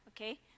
okay